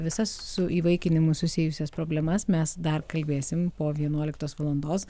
visas su įvaikinimu susijusias problemas mes dar kalbėsim po vienuoliktos valandos